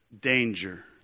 danger